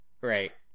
right